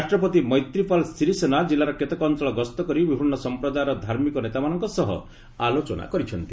ରାଷ୍ଟ୍ରପତି ମୈତ୍ରୀପାଳ ସିରିସେନା ଜିଲ୍ଲାର କେତେକ ଅଞ୍ଚଳ ଗସ୍ତ କରି ବିଭିନ୍ନ ସଂପ୍ରଦାର ଧାର୍ମିକ ନେତାମାନଙ୍କ ସହ ଆଲୋଚନା କରିଛନ୍ତି